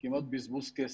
כמעט בזבוז כסף.